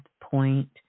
point